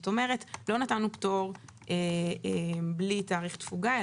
לא נתנו פטור בלי תאריך תפוגה,